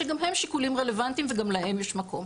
שגם הם שיקולים רלוונטיים וגם להם יש מקום.